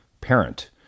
parent